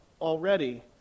already